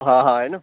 हा हा आहे न